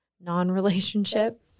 non-relationship